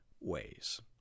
ways